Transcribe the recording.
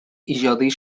иҗади